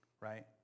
right